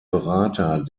berater